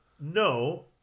No